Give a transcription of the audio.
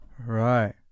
Right